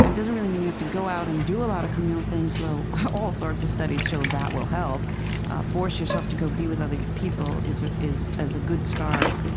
and doesn't really mean you have to go out and do a lot of communal things though all sorts of studies show that will help force yourself to go be with other people is ah is a good start.